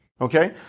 Okay